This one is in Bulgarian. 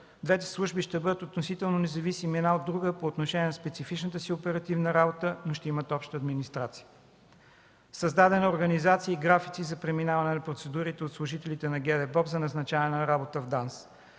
двете служби ще бъдат относително независими една от друга по отношение на специфичната си оперативна работа, но ще имат обща администрация. Създадена е организация и графици за преминаване на процедурите от служителите на ГДБОП за назначаване на работа в ДАНС.